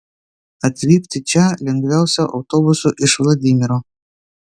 atvykti čia lengviausia autobusu iš vladimiro